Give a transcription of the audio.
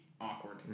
awkward